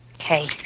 Okay